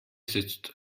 sitzt